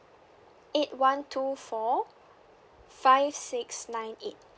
eight one two four five six nine eight